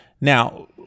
now